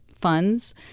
funds